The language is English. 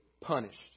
punished